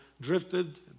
drifted